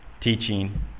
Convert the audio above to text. teaching